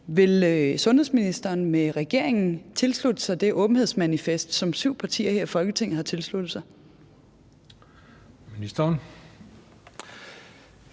Vil sundhedsministeren sammen med den øvrige regering tilslutte sig det åbenhedsmanifest, som syv partier her i Folketinget har tilsluttet sig? Kl.